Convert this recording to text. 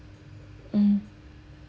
mm